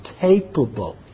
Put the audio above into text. capable